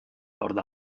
nord